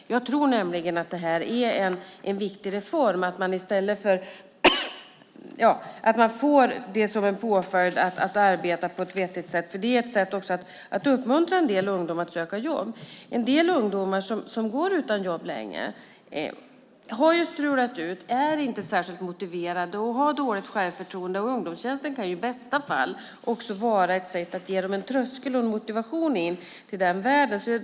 Jag tror nämligen att det är en viktig reform att man får som en påföljd att arbeta på ett vettigt sätt. Det är också ett sätt att uppmuntra en del ungdomar att söka jobb. En del ungdomar som går utan jobb länge har strulat till det. De är inte särskilt motiverade och de har dåligt självförtroende. Ungdomstjänsten kan i bästa fall vara ett sätt att komma över en tröskel och ge dem en motivation att komma in i den världen.